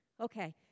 Okay